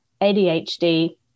ADHD